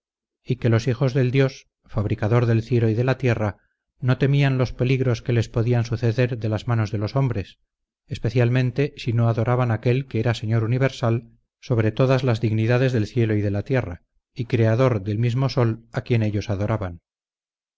y que los hijos del dios fabricador del cielo y de la tierra no temían los peligros que les podían suceder de las manos de los hombres especialmente si no adoraban aquel que era señor universal sobre todas las dignidades del cielo y de la tierra y criador del mismo sol a quien ellos adoraban